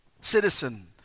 citizen